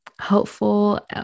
helpful